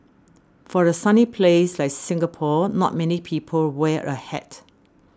for a sunny place like Singapore not many people wear a hat